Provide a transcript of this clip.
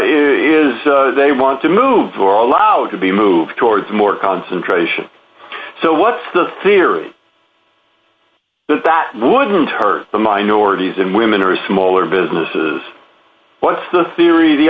is they want to move or allowed to be moved towards more concentration so what's the theory but that wouldn't hurt the minorities and women or smaller businesses what's the theory